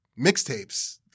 mixtapes